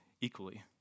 equally